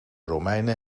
romeinen